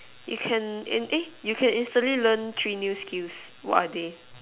you can and eh you can instantly learn three new skills what are they